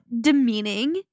demeaning